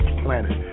planet